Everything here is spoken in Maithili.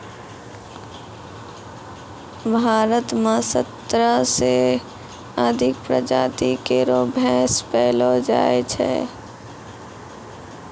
भारत म सत्रह सें अधिक प्रजाति केरो भैंस पैलो जाय छै